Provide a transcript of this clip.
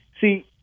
See